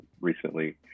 recently